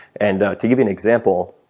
and to give you an example,